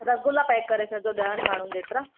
rasgulla pack करे छॾिजो ॾहनि माण्हुनि जेतिरा